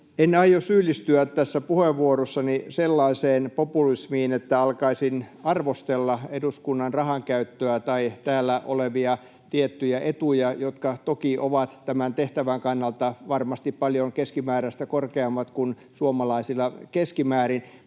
En aio syyllistyä tässä puheenvuorossani sellaiseen populismiin, että alkaisin arvostella eduskunnan rahankäyttöä tai täällä olevia tiettyjä etuja, jotka toki ovat tämän tehtävän kannalta varmasti paljon keskimääräistä korkeammat kuin suomalaisilla keskimäärin.